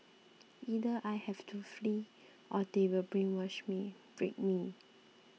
either I have to flee or they will brainwash me break me